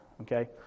Okay